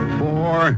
four